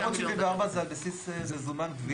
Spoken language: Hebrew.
474 זה על בסיס גבייה במזומן.